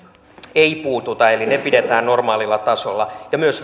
ei puututa eli ne pidetään normaalilla tasolla ja myös